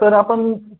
sir आपण